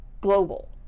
global